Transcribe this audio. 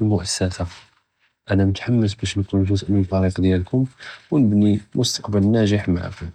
אלְמוּאַסַּסַה، אַנַא מֻתַחַמֶּס בַּאש נְכוּן גֻזְא לְפַרִיק דִיַאלְכּוּם، וּנְבְּנִי מֻסְתַקְבַּל נַאגִח מְעַאכּוּם.